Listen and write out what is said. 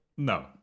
No